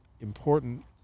important